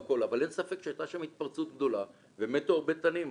אבל אין ספק שהייתה שם התפרצות גדולה ומתו הרבה תנים.